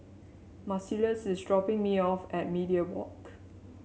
Marcellus is dropping me off at Media Walk